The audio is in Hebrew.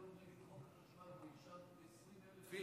היום נגד חוק החשמל והשארת 20,000 איש,